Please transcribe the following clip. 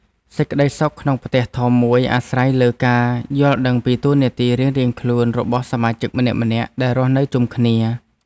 សេចក្តីសុខក្នុងផ្ទះធំមួយអាស្រ័យលើការយល់ដឹងពីតួនាទីរៀងៗខ្លួនរបស់សមាជិកម្នាក់ៗដែលរស់នៅជុំគ្នា។